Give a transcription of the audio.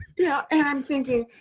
yeah and i'm thinking.